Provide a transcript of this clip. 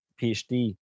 PhD